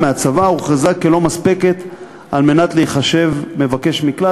מהצבא, הוכרזה כלא מספקת על מנת להיחשב מבקש מקלט.